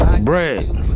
Bread